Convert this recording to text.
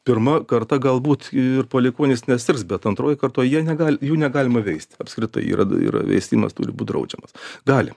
pirma karta galbūt ir palikuonys nesirgs bet antroj kartoj jie negal jų negalima veist apskritai yra veisimas turi būt draudžiamas gali